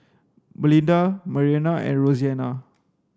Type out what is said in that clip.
Melinda Marianna and Roseanna